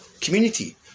community